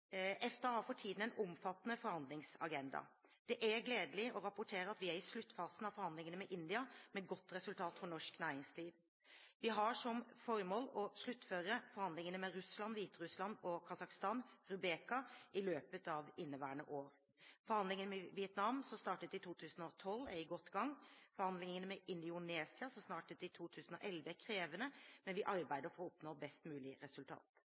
EFTA har for tiden en omfattende forhandlingsagenda. Det er gledelig å rapportere at vi er i sluttfasen av forhandlingene med India med godt resultat for norsk næringsliv. Vi har som formål å sluttføre forhandlingene med Russland, Hviterussland og Kasakhstan i løpet av inneværende år. Forhandlingene med Vietnam, som startet i 2012, er godt i gang. Forhandlingene med Indonesia, som startet i januar 2011, er krevende, men vi arbeider for å oppnå et best mulig resultat.